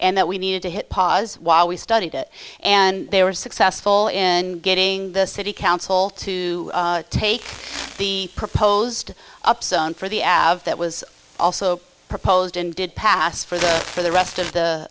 and that we needed to hit pause while we studied it and they were successful in getting the city council to take the proposed up sun for the av's that was also proposed and did pass for the for the rest of the